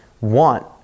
want